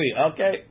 Okay